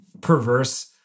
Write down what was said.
perverse